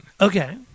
Okay